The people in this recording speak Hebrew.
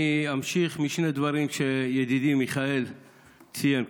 אני אמשיך בשני דברים שידידי מיכאל ציין.